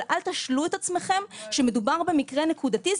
אבל אל תשלו את עצמכם שמדובר במקרה נקודתי.